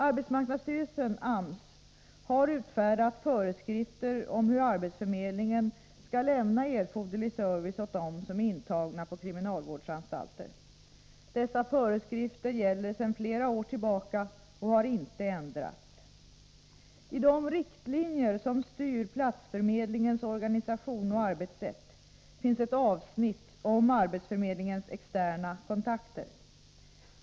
Arbetsmarknadsstyrelsen har utfärdat föreskrifter om hur arbetsförmedlingen skall lämna erforderlig service åt dem som är intagna på kriminalvårdsanstalter. Dessa föreskrifter gäller sedan flera år tillbaka och har inte ändrats. I de riktlinjer som styr platsförmedlingens organisation och arbetssätt finns ett avsnitt om arbetsförmedlingens externa kontakter.